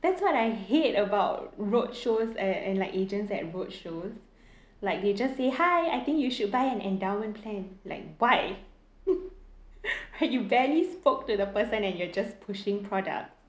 that's what I hate about road shows uh and like agents at road shows like they just say hi I think you should buy an endowment plan like why you barely spoke to the person and you're just pushing product